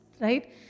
Right